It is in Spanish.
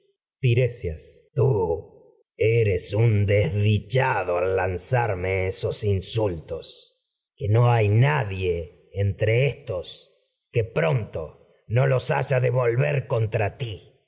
tiresias tú eres un desdichado al lanzarme esos insultos que no hay nadie entre éstos que pronto no los haya de volver contra ti